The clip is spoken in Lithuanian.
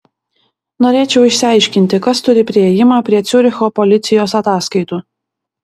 norėčiau išsiaiškinti kas turi priėjimą prie ciuricho policijos ataskaitų